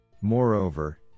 Moreover